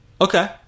Okay